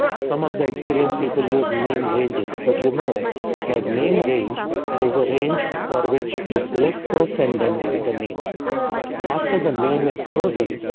some of the experience people use named ranges, but you know that like name range is a range and for which you select first and then give it a name after the name is frozen.